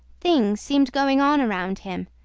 things seemed going on around him,